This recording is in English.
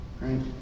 Right